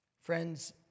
Friends